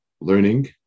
learning